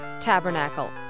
Tabernacle